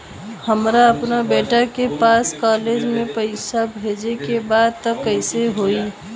हमरा अपना बेटा के पास कॉलेज में पइसा बेजे के बा त कइसे होई?